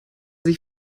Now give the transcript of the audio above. sich